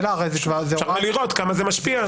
אפשר לראות כמה זה משפיע.